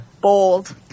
Bold